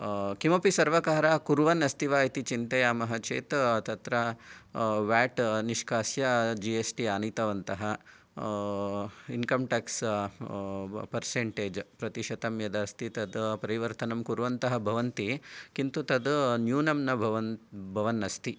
किमपि सर्वकारः कुर्वन् अस्ति वा इति चिन्तयामः चेत् तत्र वेट् निष्कास्य जि एस् टि अनीतवन्तः इन्कम् टेक्स् पर्सेन्टज् प्रति शतम् यदस्ति तत् परिवर्तनं कुर्वन्तः भवन्ति किन्तु तत् न्यूनं न भवन् भवन् अस्ति